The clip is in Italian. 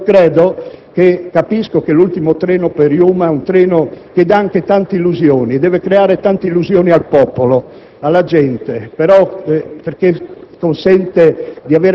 Allora, capisco che l'ultimo treno per Yuma è un treno che dà anche tante illusioni, che deve creare tante illusioni al popolo, alla gente,